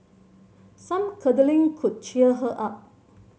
some cuddling could cheer her up